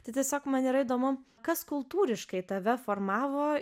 tai tiesiog man įdomu kas kultūriškai tave formavo